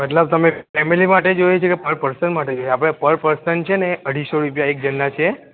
મતલબ તમે ફેમિલી માટે જોઈએ છે કે પર પર્સન માટે જોઈએ આપણે પર પર્સન છે ને અઢીસો રૂપિયા એક જણના છે